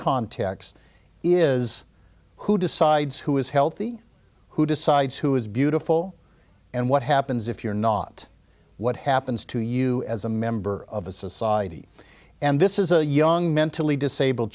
context is who decides who is healthy who decides who is beautiful and what happens if you're not what happens to you as a member of a society and this is a young mentally disabled